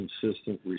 consistent